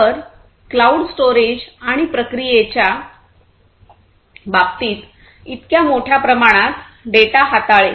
तर cloud storage आणि प्रक्रिये च्या बाबतीत इतक्या मोठ्या प्रमाणात डेटा हाताळेल